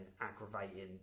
aggravating